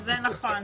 זה נכון.